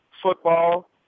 Football